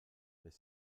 mais